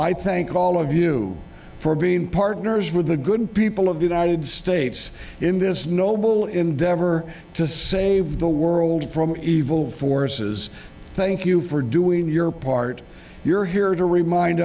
i thank all of you for being partners with the good people of the united states in this noble endeavor to save the world from evil forces thank you for doing your part you're here to remind